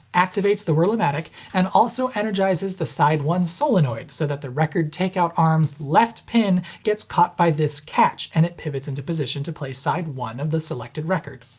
activates the wurlamatic, and also energizes the side one solenoid so that the record takeout arm's left pin gets caught by this catch, and it pivots into position to play side one of the selected record.